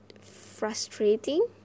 frustrating